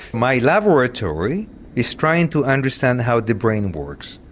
my laboratory is trying to understand how the brain works,